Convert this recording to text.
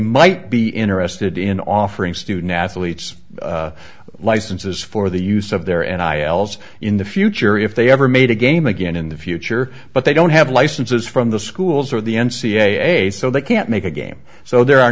might be interested in offering student athletes licenses for the use of their and i l's in the future if they ever made a game again in the future but they don't have licenses from the schools or the n c a a so they can't make a game so there are